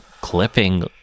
clipping